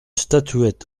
statuette